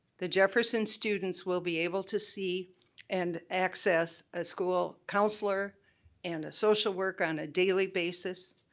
the jefferson students will be able to see and access a school counselor and a social worker on a daily basis.